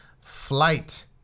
Flight